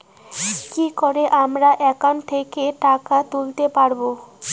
কি করে আমার একাউন্ট থেকে টাকা তুলতে পারব?